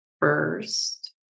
first